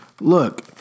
Look